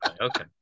okay